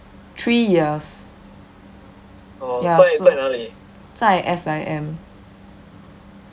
three years 在 S_I_M